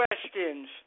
questions